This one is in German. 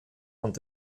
und